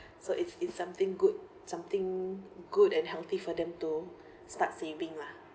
so it's it's something good something good and healthy for them to start saving lah